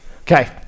Okay